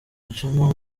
juma